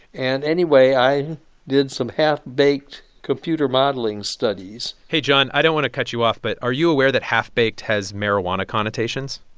and anyway, i did some half-baked computer modeling studies hey, john. i don't want to cut you off. but are you aware that half-baked has marijuana connotations?